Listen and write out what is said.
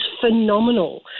phenomenal